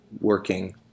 working